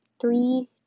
three